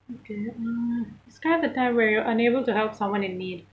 okay uh describe a time when you were unable to help someone in need